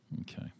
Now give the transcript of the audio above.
Okay